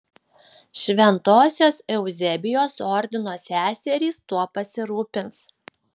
šventosios euzebijos ordino seserys tuo pasirūpins